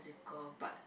musical but